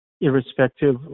irrespective